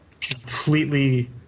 completely